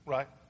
Right